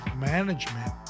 management